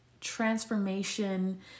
transformation